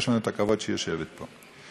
יש לנו הכבוד שהיא יושבת פה.